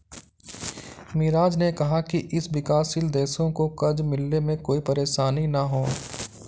मिराज ने कहा कि विकासशील देशों को कर्ज मिलने में कोई परेशानी न हो